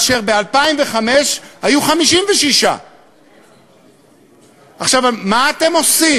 ב-2005 היו 56. מה אתם עושים?